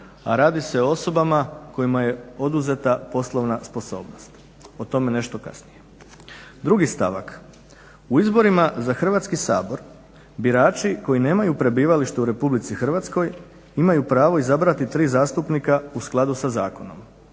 a radi se o osobama kojima je oduzeta poslovna sposobnost. O tome nešto kasnije. Stavak 2.: U izborima za Hrvatski sabor birači koji nemaju prebivalište u Republici Hrvatskoj imaju pravo izabrati tri zastupnika u skladu sa zakonom.